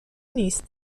نیست